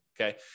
okay